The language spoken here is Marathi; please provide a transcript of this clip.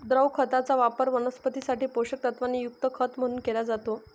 द्रव खताचा वापर वनस्पतीं साठी पोषक तत्वांनी युक्त खत म्हणून केला जातो